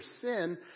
sin